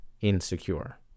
insecure